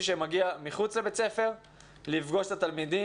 שמגיע מחוץ לבית הספר לפגוש את התלמידים,